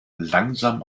langsam